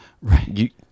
Right